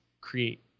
create